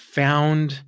found